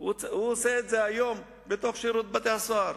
הוא עושה היום בשירות בתי-הסוהר,